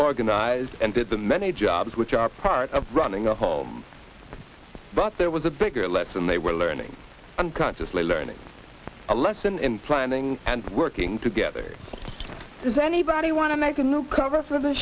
organize and did the many jobs which are part of running a home but there was a bigger lesson they were learning unconsciously learning a lesson in finding and working together does anybody want to make a new cover for the